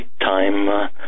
time